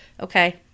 okay